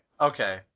Okay